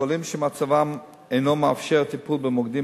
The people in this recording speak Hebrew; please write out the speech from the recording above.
חולים שמצבם אינו מאפשר טיפול במוקדים